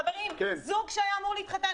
חברים, זוג שהיה אמור להתחתן